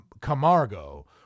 Camargo